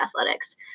athletics